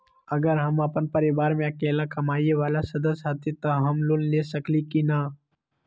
अगर हम अपन परिवार में अकेला कमाये वाला सदस्य हती त हम लोन ले सकेली की न?